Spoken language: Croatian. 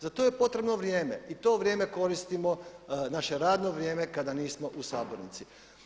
Za to je potrebno vrijeme i to vrijeme koristimo, naše radno vrijeme kada nismo u sabornici.